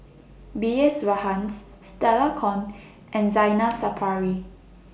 B S Rajhans Stella Kon and Zainal Sapari